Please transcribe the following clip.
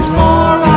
more